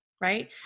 Right